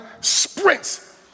sprints